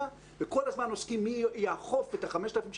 וכל הזמן עוסקים במי יאכוף את ה-5,000 שקל.